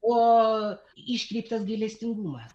o iškreiptas gailestingumas